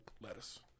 Lettuce